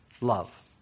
love